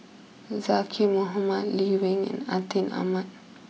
Zaqy Mohamad Lee Wen and Atin Amat